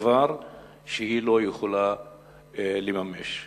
דבר שהיא לא יכולה לממש?